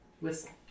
Whistle